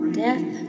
death